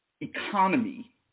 economy